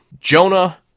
Jonah